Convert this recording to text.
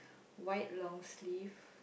white long sleeve